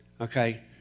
okay